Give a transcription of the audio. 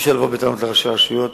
אי-אפשר לבוא בטענות לראשי הרשויות.